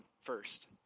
first